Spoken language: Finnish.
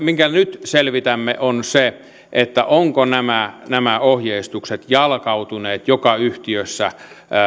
minkä nyt selvitämme on se ovatko nämä nämä ohjeistukset jalkautuneet joka yhtiössä